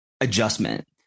adjustment